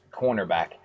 cornerback